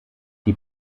die